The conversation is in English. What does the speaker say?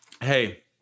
Hey